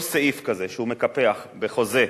כל סעיף כזה שהוא מקפח בחוזה,